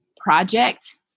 project